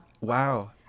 Wow